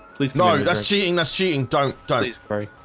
please no that's cheating. that's cheating. don't done it. great.